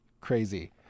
Crazy